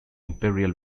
imperial